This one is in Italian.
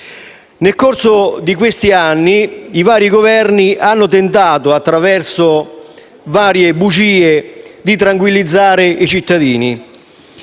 Nel corso di questi anni, i vari Governi hanno tentato, attraverso varie bugie, di tranquillizzare i cittadini,